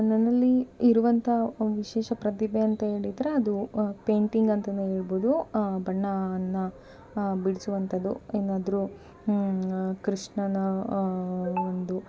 ನನ್ನಲ್ಲಿ ಇರುವಂತಹ ಒಂದು ವಿಶೇಷ ಪ್ರತಿಭೆ ಅಂತ ಹೇಳಿದ್ರೆ ಅದು ಪೇಂಟಿಂಗ್ ಅಂತಲೇ ಹೇಳ್ಬೋದು ಬಣ್ಣವನ್ನ ಬಿಡಿಸುವಂತದ್ದು ಏನಾದ್ರೂ ಕೃಷ್ಣನ ಒಂದು